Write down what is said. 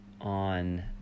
on